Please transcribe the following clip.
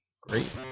great